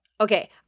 Okay